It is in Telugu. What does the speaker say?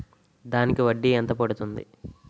దానికి వడ్డీ ఎంత పడుతుంది?